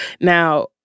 Now